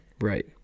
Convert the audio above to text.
Right